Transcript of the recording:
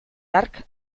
hark